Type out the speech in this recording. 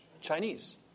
Chinese